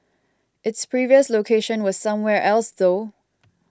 its previous location was somewhere else though